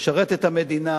לשרת את המדינה,